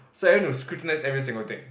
so I went to scrutinise every single thing